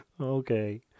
Okay